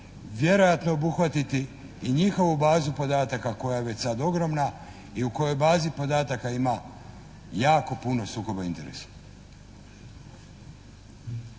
vjerojatno obuhvatiti i njihovu bazu podataka koja je već sad ogromna i u kojoj bazi podataka ima jako puno sukoba interesa.